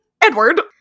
Edward